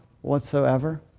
whatsoever